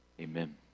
Amen